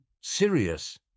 Sirius